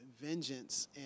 vengeance